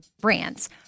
brands